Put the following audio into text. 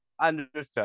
understood